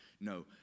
No